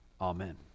Amen